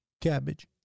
Cabbage